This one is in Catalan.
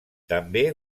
també